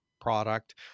product